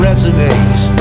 Resonates